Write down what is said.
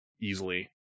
easily